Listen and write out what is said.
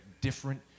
different